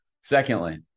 secondly